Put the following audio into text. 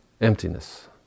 emptiness